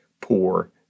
Poor